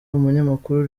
umunyamakuru